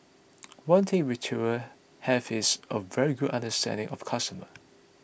one thing retailer have is a very good understanding of customer